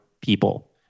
people